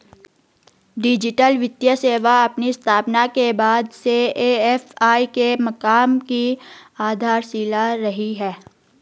digital वित्तीय सेवा अपनी स्थापना के बाद से ए.एफ.आई के काम की आधारशिला रही है